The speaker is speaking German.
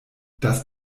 dass